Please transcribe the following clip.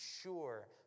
sure